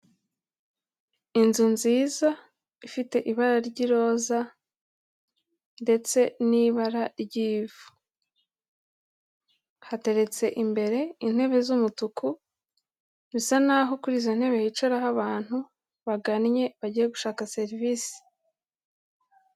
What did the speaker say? Inzu nziza ifite ibara ry'iroza ndetse n'ibara ry'ivu, hateretse imbere intebe z'umutuku, bisa naho kuri izo ntebe hicaraho abantu bagannye bagiye gushaka serivisi.